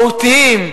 מהותיים,